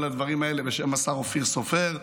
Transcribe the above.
כל הדברים האלה בשם השר אופיר סופר,